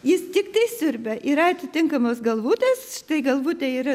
jis tiktai siurbia yra atitinkamos galvutės štai galvutė yra